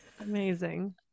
Amazing